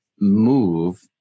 move